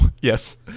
yes